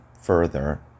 further